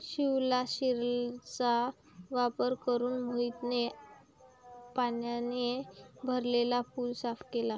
शिवलाशिरचा वापर करून मोहितने पाण्याने भरलेला पूल साफ केला